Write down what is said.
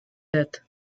death